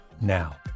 now